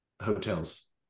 hotels